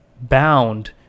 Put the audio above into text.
bound